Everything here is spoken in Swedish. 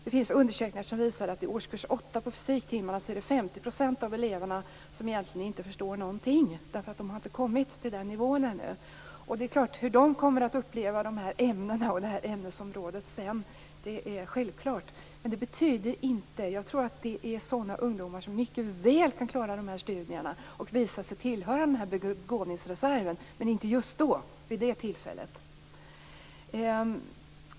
Det finns undersökningar som visar att på fysiktimmarna i årskurs 8 är det 50 % av eleverna som egentligen inte förstår någonting därför att de inte har kommit till den nivån ännu. Hur de sedan kommer att uppleva dessa ämnen och det här ämnesområdet är självklart. Men jag tror att det är sådana ungdomar som mycket väl kan klara de här studierna och visa sig tillhöra begåvningsreserven, men inte just vid det tillfället.